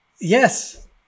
Yes